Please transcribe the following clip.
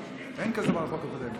אין כזה דבר החוק הקודם.